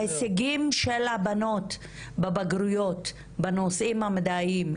ההישגים של הבנות בבגרויות בנושאים המדעיים,